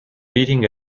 beating